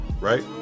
right